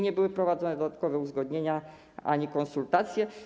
Nie były też prowadzone dodatkowe uzgodnienia ani konsultacje.